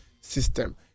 system